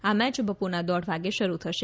આ મેચ બપોરના દોઢ વાગે શરૂ થશે